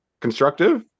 constructive